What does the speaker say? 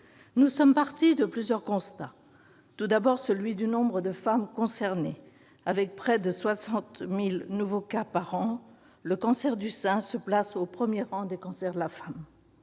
Nous sommes partis de plusieurs constats. Tout d'abord, celui du nombre de femmes concernées : avec près de 60 000 nouveaux cas par an, le cancer du sein se place au premier rang des cancers de la femme.